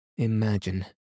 Imagine